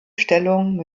stellungen